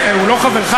הוא לא חברך,